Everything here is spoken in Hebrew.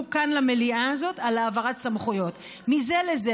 כאן למליאה הזאת על העברת סמכויות מזה לזה,